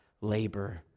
labor